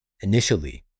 initially